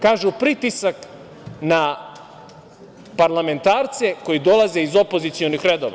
Kažu - pritisak na parlamentarce koji dolaze iz opozicionih redova.